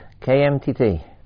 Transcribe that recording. KMTT